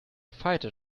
fighter